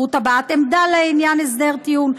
זכות הבעת עמדה לעניין הסדר טיעון,